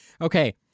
Okay